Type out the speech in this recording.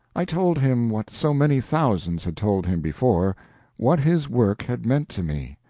i told him what so many thousands had told him before what his work had meant to me,